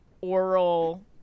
oral